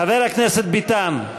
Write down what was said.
חבר הכנסת ביטן.